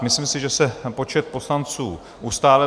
Myslím si, že se počet poslanců ustálil.